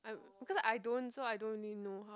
I'm cause I don't so I don't really know how